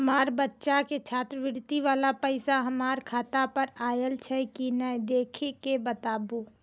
हमार बच्चा के छात्रवृत्ति वाला पैसा हमर खाता पर आयल छै कि नैय देख के बताबू?